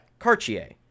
Cartier